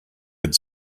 had